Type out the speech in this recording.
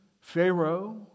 Pharaoh